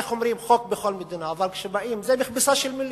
איך אומרים, חוק בכל מדינה, אבל זו מכבסה של מלים.